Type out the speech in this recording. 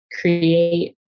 create